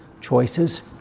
choices